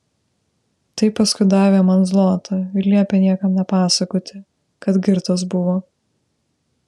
tai paskui davė man zlotą ir liepė niekam nepasakoti kad girtas buvo